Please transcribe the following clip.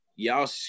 Y'all